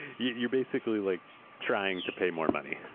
you're basically like trying to pay more money.